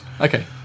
Okay